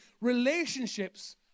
relationships